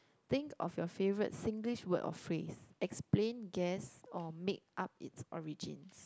think of your favourite Singlish word or phrase explain guess or make-up its origins